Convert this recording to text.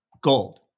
Gold